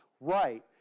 right